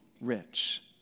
rich